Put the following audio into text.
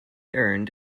earned